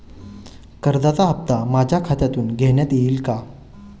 कर्जाचा हप्ता माझ्या खात्यातून घेण्यात येईल का?